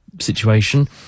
situation